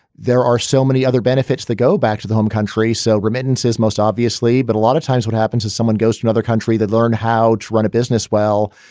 there are so many other benefits that go back to the home country. so remittances, most obviously. but a lot of times what happens to someone goes to another country that learn how to run a business. well,